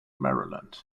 maryland